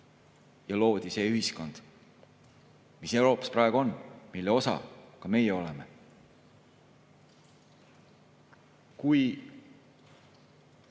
ja loodi see ühiskond, mis Euroopas praegu on ja mille osa ka meie oleme. Kui